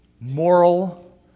moral